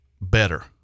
better